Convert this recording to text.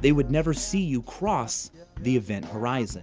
they would never see you cross the event-horizon.